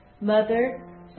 mother